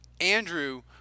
Andrew